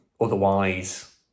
Otherwise